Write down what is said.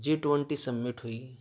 جی twenty summit ہوئی